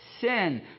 sin